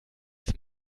zum